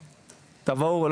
תבואו,